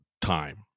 time